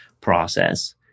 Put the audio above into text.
process